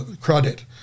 credit